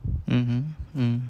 mmhmm